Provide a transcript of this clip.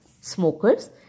smokers